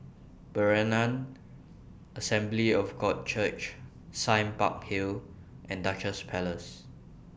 Berean Assembly of God Church Sime Park Hill and Duchess Place